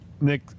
Nick